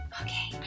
Okay